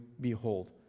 behold